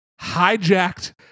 hijacked